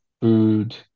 food